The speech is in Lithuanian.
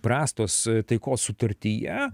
brastos taikos sutartyje